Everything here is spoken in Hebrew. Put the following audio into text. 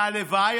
והלוואי,